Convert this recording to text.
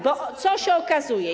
Bo co się okazuje?